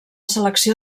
selecció